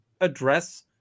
address